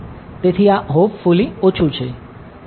તેથી આ હોપફૂલી ઓછું છે